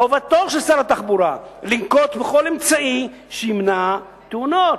חובתו של שר התחבורה לנקוט כל אמצעי שימנע תאונות.